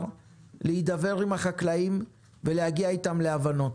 להידבר עם החקלאים ולהגיע איתם להבנות.